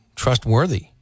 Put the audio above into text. trustworthy